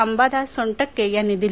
अंबादास सोनटक्के यांनी दिली